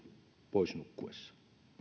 pois nukkuessa